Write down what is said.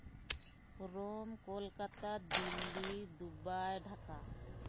Rome Kolkata Delhi Dubai Dhaka